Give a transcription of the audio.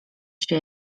się